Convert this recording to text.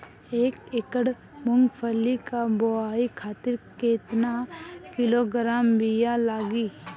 एक एकड़ मूंगफली क बोआई खातिर केतना किलोग्राम बीया लागी?